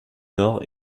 nord